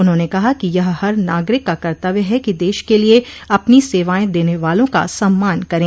उन्होंने कहा कि यह हर नागरिक का कर्त्व्य है कि देश के लिए अपनी सेवाएं देने वालों का सम्मान करें